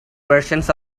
versions